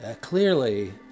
Clearly